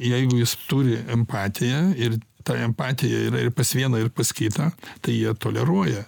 jeigu jis turi empatiją ir ta empatija yra ir pas vieną ir pas kitą tai jie toleruoja